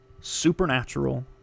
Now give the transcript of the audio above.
Supernatural